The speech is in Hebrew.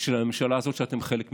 של הממשלה הזאת, שאתם חלק ממנה.